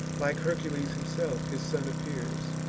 like hercules himself his son appears,